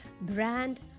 brand